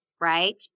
right